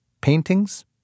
paintings